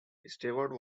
stewart